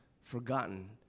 Forgotten